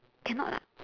cannot ah